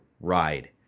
ride